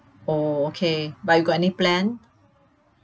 oh okay but you got any plan